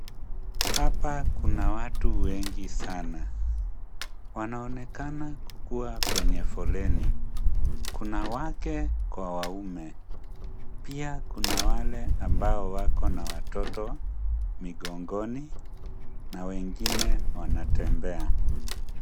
Hapa kuna watu wengi sana. Wanaonekana kukuwa kwenye foleni. Kuna wake kwa waume pia kuna wale ambao wako na watoto migongoni na wengine wanatembea.